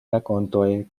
rakontoj